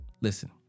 listen